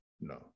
No